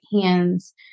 hands